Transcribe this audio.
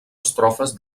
estrofes